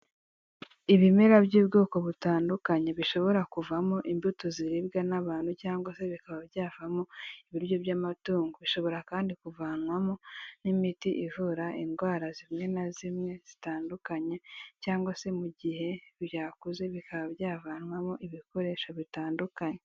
Ibimera by'ubwoko butandukanye bishobora kuvamo imbuto ziribwa n'abantu cyangwa se bikaba byavamo ibiryo by'amatungo, bishobora kandi kuvanwamo n'imiti ivura indwara zimwe na zimwe zitandukanye cyangwa se mu gihe byakuze bikaba byavanwamo ibikoresho bitandukanye.